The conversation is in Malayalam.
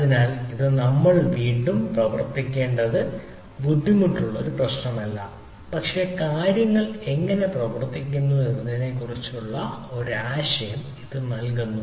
അതിനാൽ ഇത് നമ്മൾ വീണ്ടും പ്രവർത്തിക്കേണ്ടത് ബുദ്ധിമുട്ടുള്ള ഒരു പ്രശ്നമല്ല പക്ഷേ കാര്യങ്ങൾ എങ്ങനെ പ്രവർത്തിക്കുന്നു എന്നതിനെക്കുറിച്ചുള്ള ഒരു ആശയം ഇത് നൽകുന്നു